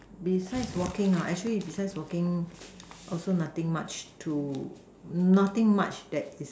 besides walking ah actually besides walking also nothing much to nothing much that is